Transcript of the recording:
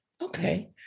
Okay